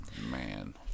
man